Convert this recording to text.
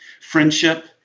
Friendship